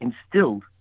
instilled